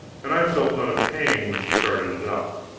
and i felt not a pang when she started it up